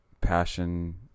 passion